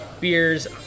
beers